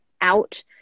out